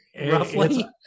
roughly